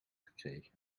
gekregen